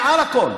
מעל הכול,